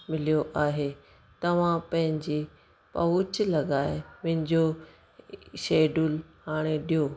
मिलियो आहे तव्हां पंहिंजे पहुच लगाए मुंहिंजो शैड्यूल आणे ॾियो